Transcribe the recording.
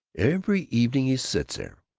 every evening he sits there,